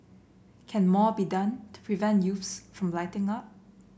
can more be done to prevent youths from lighting up